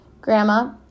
Grandma